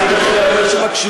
את היחידה, לזכותך ייאמר, שמקשיבה.